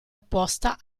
opposta